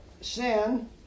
sin